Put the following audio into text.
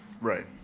Right